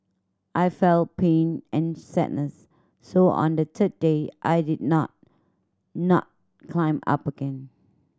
I felt pain and sadness so on the third day I did not not not climb up again